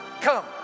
come